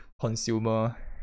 consumer